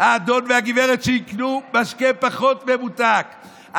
האדון והגברת שיקנו משקה פחות ממותק,